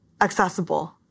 accessible